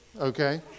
okay